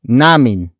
namin